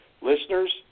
listeners